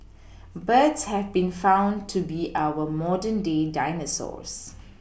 birds have been found to be our modern day dinosaurs